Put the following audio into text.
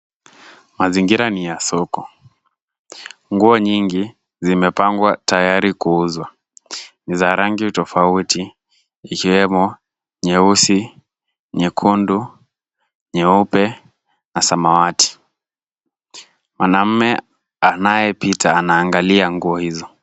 Mazingira ni ya soko. Nguo nyingi zimepangwa tayari kuuzwa. Ni za rangi tofauti ikiwemo nyeusi, nyekundu, nyeupe na samawati. Mwanaume anayepita anaangalia nguo hizo.